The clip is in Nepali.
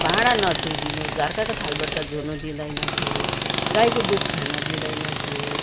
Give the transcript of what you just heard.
भाँडा नछोइदिनु झर्काको थाल बटुका धुनु दिँदैन थिए गाईको दुध खान दिँदैन थिए